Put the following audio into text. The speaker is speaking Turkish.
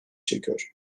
çekiyor